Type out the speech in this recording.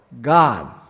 God